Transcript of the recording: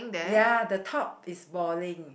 ya the top is balding